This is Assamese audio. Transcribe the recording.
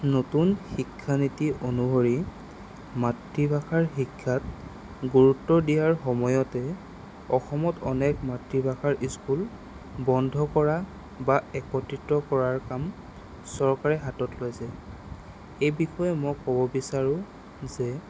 নতুন শিক্ষানীতি অনুসৰি মাতৃভাষাৰ শিক্ষাত গুৰুত্ব দিয়াৰ সময়তে অসমত অনেক মাতৃভাষাৰ স্কুল বন্ধ কৰা বা একত্ৰিত কৰাৰ কাম চৰকাৰে হাতত লৈছে এই বিষয়ে মই ক'ব বিচাৰোঁ যে